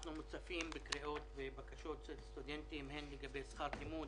אנחנו מוצפים בבקשות של סטודנטים - הן לגבי שכר הלימוד,